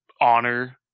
honor